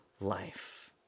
life